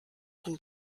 von